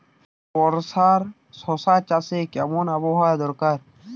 বর্ষার শশা চাষে কেমন আবহাওয়া দরকার?